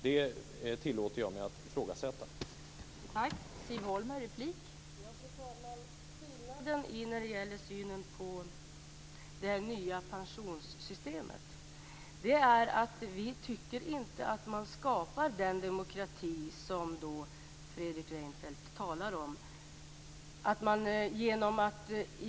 Jag tillåter mig att ifrågasätta detta.